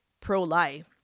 pro-life